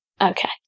Okay